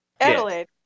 Adelaide